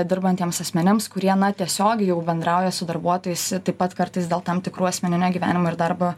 dirbantiems asmenims kurie na tiesiogiai jau bendrauja su darbuotojais taip pat kartais dėl tam tikrų asmeninio gyvenimo ir darbo